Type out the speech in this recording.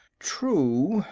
true,